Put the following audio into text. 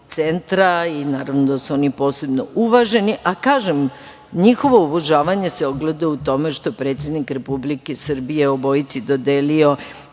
centra, i naravno da su oni posebno uvaženi. Kažem, njihovo uvažavanje se ogleda u tome što je predsednik Republike Srbije obojici dodelio